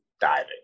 diving